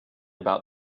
about